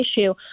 issue